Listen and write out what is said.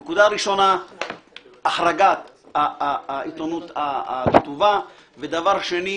אחת, החרגת העיתונות הכתובה, ושנית,